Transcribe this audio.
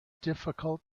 difficult